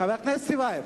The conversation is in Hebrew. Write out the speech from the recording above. חבר הכנסת טיבייב,